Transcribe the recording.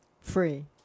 Free